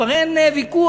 כבר אין ויכוח.